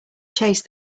chased